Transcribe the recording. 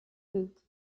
book